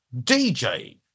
dj